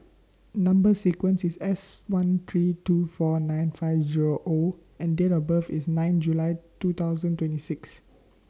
Number sequence IS S one three two four nine five Zero O and Date of birth IS nine July two thousand twenty six